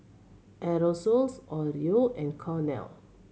Aerosoles Oreo and Cornell